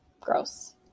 Gross